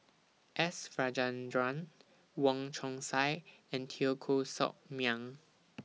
S Rajendran Wong Chong Sai and Teo Koh Sock Miang